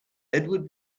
edward